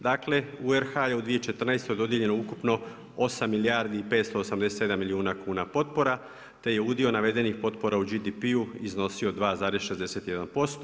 Dakle, u RH, je u 2014. dodijeljeno ukupnoj 8 milijardi i 587 milijuna kuna potpora, te je udio navedenih potpora u BDP iznosio 2,61%